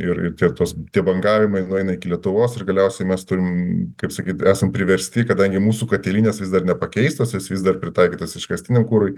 ir ir tie tos tie bangavimai nueina iki lietuvos ir galiausiai mes turim kaip sakyt esam priversti kadangi mūsų katilinės vis dar nepakeistos jos vis dar pritaikytos iškastiniam kurui